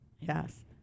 yes